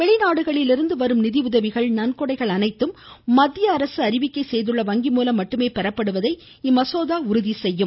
வெளிநாடுகளிலிருந்து வரும் நிதியுதவிகள் நன்கொடைகள் அனைத்தும் மத்தியஅரசு அறிவிக்கை செய்துள்ள வங்கிமூலம் மட்டுமே பெறப்படுவதை இம்மசோதா உறுதி செய்யும்